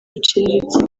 biciriritse